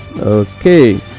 Okay